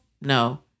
No